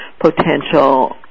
potential